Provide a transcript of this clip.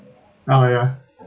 now ya